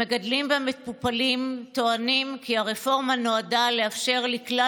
המגדלים והמטופלים טוענים כי הרפורמה נועדה לאפשר לכלל